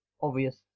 obvious